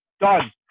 done